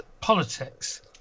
politics